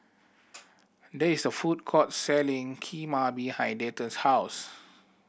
there is a food court selling Kheema behind Dayton's house